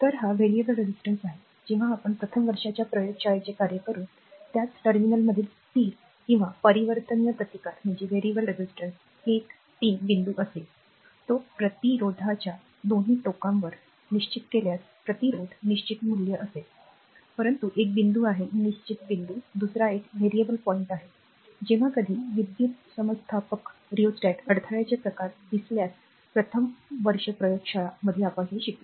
तर हा वास्तविक प्रतिकार आहे प्रथम वर्ष प्रयोगशाळा कधी करेल त्याच टर्मिनलमधील स्थिर किंवा परिवर्तनीय प्रतिकार 1 3 बिंदू दिसेल तो प्रतिरोधकाच्या दोन्ही टोकांवर निश्चित केल्यास प्रतिरोधक निश्चित मूल्य असेल परंतु एक बिंदू आहे निश्चित बिंदू दुसरा एक व्हेरिएबल पॉईंट आहे जेव्हा कधी विद्युतसमस्थापक अडथळ्यांचे प्रकार दिसल्यास प्रथम वर्ष प्रयोगशाळा करेल